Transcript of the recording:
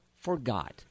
forgot